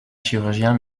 chirurgien